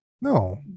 No